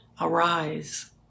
Arise